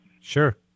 Sure